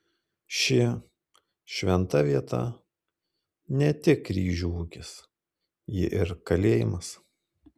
ši šventa vieta ne tik ryžių ūkis ji ir kalėjimas